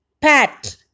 Pat